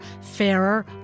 fairer